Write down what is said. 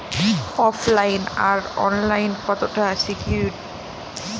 ওফ line আর online কতটা secure?